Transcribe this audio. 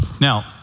Now